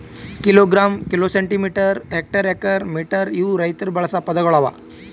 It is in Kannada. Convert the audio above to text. kilogram, kilo, centimetre, hectare, acre, metre ಇವು ರೈತುರ್ ಬಳಸ ಪದಗೊಳ್ ಅವಾ